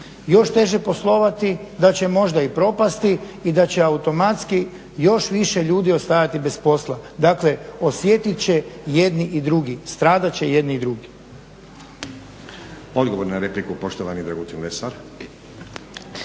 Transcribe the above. još teže poslovati, da će možda i propasti i da će automatski još više ljudi ostajati bez posla. Dakle osjetit će jedni i drugi, stradat će jedni i drugi.